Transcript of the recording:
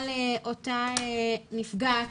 על אותה נפגעת,